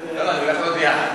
אחרת, אני הולך להודיע.